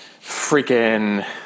freaking